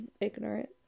ignorant